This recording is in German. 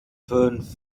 fünf